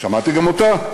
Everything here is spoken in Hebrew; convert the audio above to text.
שמעתי גם אותה,